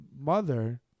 mother